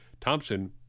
Thompson